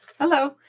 Hello